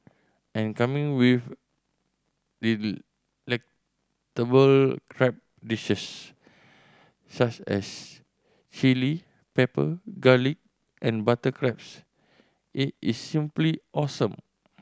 and coming with delectable crab dishes such as chilli pepper garlic and butter crabs it is simply awesome